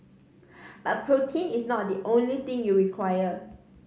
but protein is not the only thing you require